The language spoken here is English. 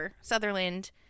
Sutherland